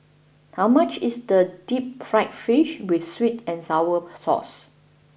how much is the Deep Fried Fish with sweet and sour sauce